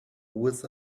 with